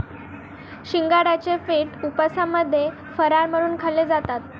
शिंगाड्याचे पीठ उपवासामध्ये फराळ म्हणून खाल्ले जातात